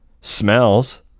smells